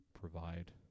provide